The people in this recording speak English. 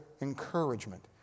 encouragement